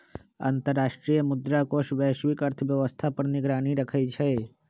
अंतर्राष्ट्रीय मुद्रा कोष वैश्विक अर्थव्यवस्था पर निगरानी रखइ छइ